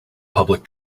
public